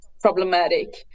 problematic